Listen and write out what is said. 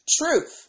Truth